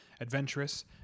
adventurous